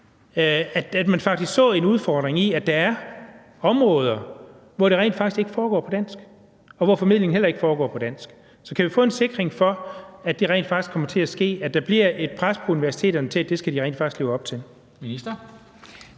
man faktisk så den udfordring, er områder, hvor det rent faktisk ikke foregår på dansk, og hvor formidlingen heller ikke foregår på dansk? Så kan vi få en forsikring om, at det rent faktisk kommer til at ske, og at der bliver et pres på universiteterne til, at det skal de rent faktisk leve op til?